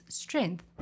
strength